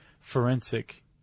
forensic